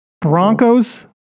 Broncos